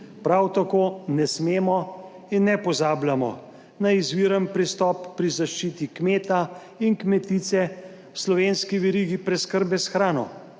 Prav tako ne smemo in ne pozabljamo na izviren pristop pri zaščiti kmeta in kmetice v slovenski verigi preskrbe s hrano